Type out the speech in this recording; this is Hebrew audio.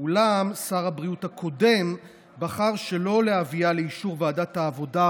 אולם שר הבריאות הקודם בחר שלא להביאה לאישור ועדת העבודה,